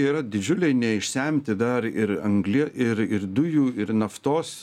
yra didžiuliai neišsemti dar ir anglie ir ir dujų ir naftos